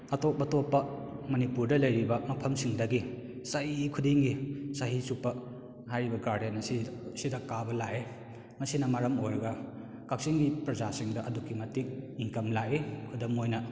ꯑꯇꯣꯞ ꯑꯇꯣꯞꯄ ꯃꯅꯤꯄꯨꯔꯗ ꯂꯩꯔꯤꯕ ꯃꯐꯝꯁꯤꯡꯗꯒꯤ ꯆꯍꯤ ꯈꯨꯗꯤꯡꯒꯤ ꯆꯍꯤ ꯆꯨꯞꯄ ꯍꯥꯏꯔꯤꯕ ꯒꯥꯔꯗꯦꯟ ꯑꯁꯤꯁꯤꯗ ꯀꯥꯕ ꯂꯥꯛꯏ ꯃꯁꯤꯅ ꯃꯔꯝ ꯑꯣꯏꯔꯒ ꯀꯛꯆꯤꯡꯒꯤ ꯄ꯭ꯔꯖꯥꯁꯤꯡꯗ ꯑꯗꯨꯛꯀꯤ ꯃꯇꯤꯛ ꯏꯟꯀꯝ ꯂꯥꯛꯏ ꯈꯨꯗꯝ ꯑꯣꯏꯅ